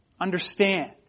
Understand